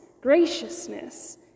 graciousness